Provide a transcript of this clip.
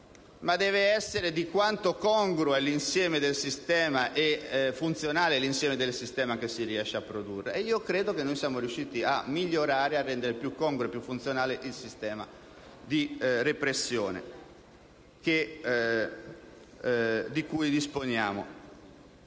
ma deve essere di quanto congruo e funzionale è l'insieme del sistema che si riesce a produrre: io credo che siamo riusciti a migliorare e a rendere più congruo e più funzionale il sistema di repressione di cui disponiamo.